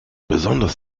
besonders